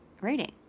rating